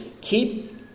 Keep